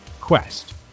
quest